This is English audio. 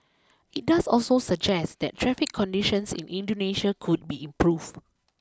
it does also suggest that traffic conditions in Indonesia could be improved